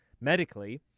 medically